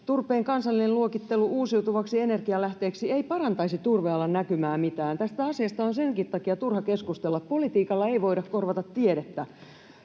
turpeen kansallinen luokittelu uusiutuvaksi energianlähteeksi ei parantaisi turvealan näkymää yhtään. Tästä asiasta on senkin takia turha keskustella. Politiikalla ei voida korvata tiedettä,